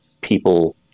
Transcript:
people